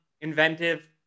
inventive